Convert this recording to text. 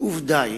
עובדה היא